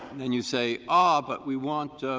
then you say, ah, but we want